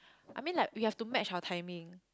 I mean like we have to match our timing